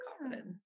confidence